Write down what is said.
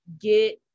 get